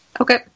Okay